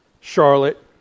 Charlotte